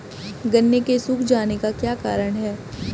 गन्ने के सूख जाने का क्या कारण है?